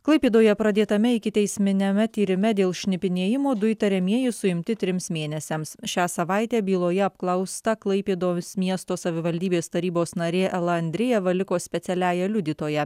klaipėdoje pradėtame ikiteisminiame tyrime dėl šnipinėjimo du įtariamieji suimti trims mėnesiams šią savaitę byloje apklausta klaipėdos miesto savivaldybės tarybos narė ela andrėjeva liko specialiąja liudytoja